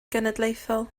genedlaethol